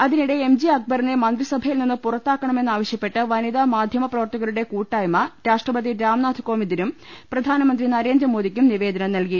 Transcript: അതിനിടെ M J അക്ബറിനെ മന്ത്രിസഭയിൽ നിന്ന് പുറത്താക്കണമെന്ന് ആവശ്യപ്പെട്ട് വനിതാ മാധ്യമ പ്രവർത്തകരുടെ കൂട്ടായ്മ രാഷ്ട്രപതി രാം നാഥ് കോവി ന്ദിനും പ്രധാനമന്ത്രി നരേന്ദ്രമോദിക്കും നിവേദനം നൽകി